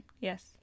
Yes